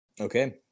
Okay